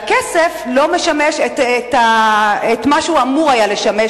והכסף לא משמש את מה שהוא אמור היה לשמש,